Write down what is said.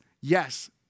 yes